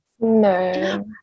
No